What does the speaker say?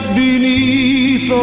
beneath